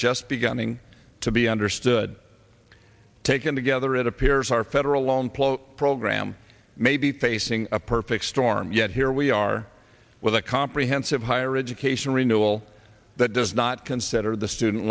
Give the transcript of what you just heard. just beginning to be understood taken together it appears our federal long plough program may be facing a perfect storm yet here we are with a comprehensive higher education renewal that does not consider the student